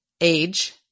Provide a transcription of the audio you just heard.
age